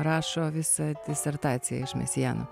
rašo visą disertaciją iš mesijano